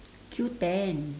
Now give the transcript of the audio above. Q ten